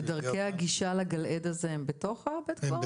ודרכי הגישה לגל עד הזה הם בתוך הבית קברות?